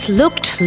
looked